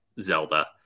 Zelda